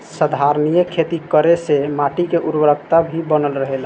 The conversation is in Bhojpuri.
संधारनीय खेती करे से माटी के उर्वरकता भी बनल रहेला